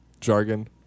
jargon